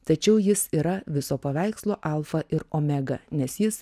tačiau jis yra viso paveikslo alfa ir omega nes jis